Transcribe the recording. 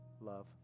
love